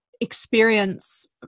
experience